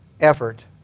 effort